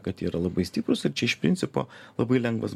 kad yra labai stiprūs ir čia iš principo labai lengvas